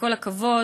וכל הכבוד,